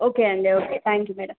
okay అండి okay thank you madam